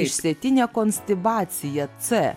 išsėtinė konstibacija c